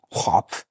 pop